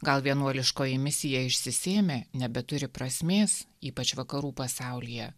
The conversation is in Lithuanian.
gal vienuoliškoji misija išsisėmė nebeturi prasmės ypač vakarų pasaulyje